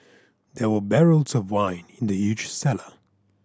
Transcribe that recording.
there were barrels of wine in the cellar